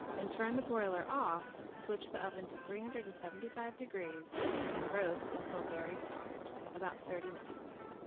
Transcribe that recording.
then, turn the broiler off, switch the oven to three hundred and seventy five degrees and roast until very soft, about thirty minutes.